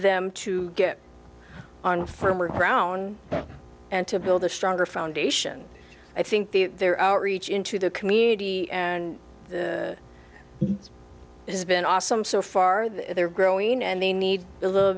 them to get on firmer ground and to build a stronger foundation i think the their outreach into the community and has been awesome so far that they're growing and they need a little